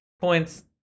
points